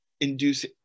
induce